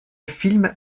film